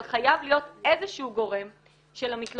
אבל חייב להיות איזשהו גורם שלמתלוננות,